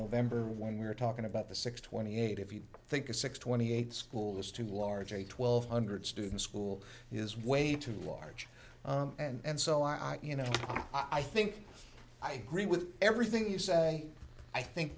november when we're talking about the six twenty eight if you think a six twenty eight school is too large a twelve hundred students school is way too large and so i you know i think i agree with everything you say i think